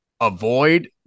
avoid